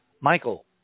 Michael